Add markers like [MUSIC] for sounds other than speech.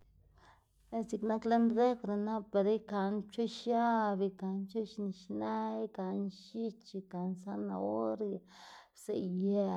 [NOISE] este c̲h̲iꞌk nak lën refri nap bela ikaná pchoꞌx x̱ab, ikaná pchoꞌx nixnë, ikaná x̱ich, ikaná zanahoria, psaꞌ yë